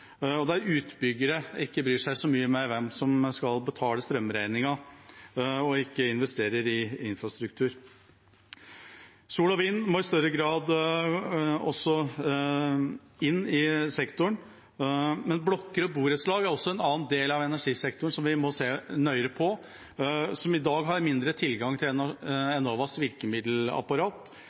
der utbyggere ikke bryr seg så mye med hvem som skal betale strømregningen, og ikke investerer i infrastruktur. Sol og vind må i større grad også inn i sektoren. Blokker og borettslag er en annen del av energisektoren vi må se nøyere på, som i dag har mindre tilgang til Enovas virkemiddelapparat,